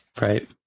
Right